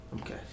Okay